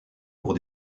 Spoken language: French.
pour